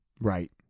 Right